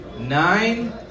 Nine